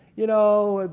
you know.